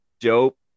dope